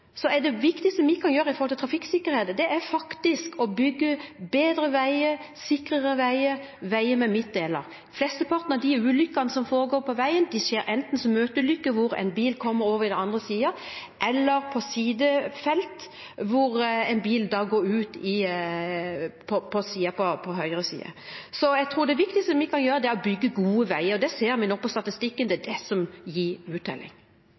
er det viktigste vi kan gjøre når det gjelder trafikksikkerhet, å bygge bedre veier, sikrere veier, veier med midtdeler. Flesteparten av ulykkene som skjer på veien, skjer enten som møteulykker hvor en bil kommer over i den andre kjørebanen, eller der en bil kommer ut fra et sidefelt på høyre side. Så jeg tror det viktigste vi kan gjøre er å bygge gode veier. Vi ser på statistikken at det er det som gir uttelling.